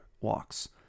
walks